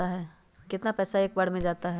कितना पैसा एक बार में जाता है?